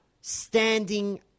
Standing